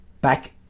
back